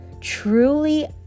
truly